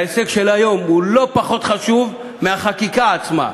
וההישג שלו היום הוא לא פחות חשוב מהחקיקה עצמה,